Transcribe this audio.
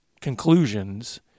conclusions